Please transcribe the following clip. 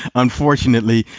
unfortunately.